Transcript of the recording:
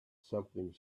something